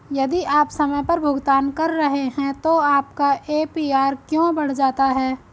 यदि आप समय पर भुगतान कर रहे हैं तो आपका ए.पी.आर क्यों बढ़ जाता है?